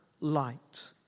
light